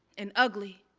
and ugly